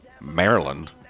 Maryland